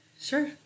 Sure